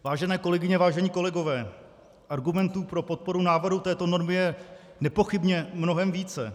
Vážené kolegyně, vážení kolegové, argumentů pro podporu návrhu této normy je nepochybně mnohem více.